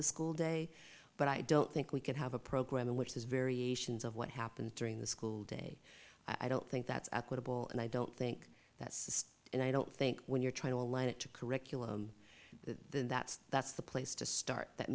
the school day but i don't think we could have a program in which is variations of what happened during the school day i don't think that's at quotable and i don't think that's and i don't think when you're trying to align it to curriculum then that's that's the place to start that